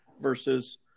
versus